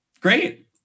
Great